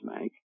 make